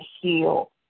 heal